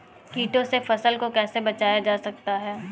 कीटों से फसल को कैसे बचाया जा सकता है?